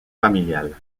familiales